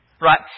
right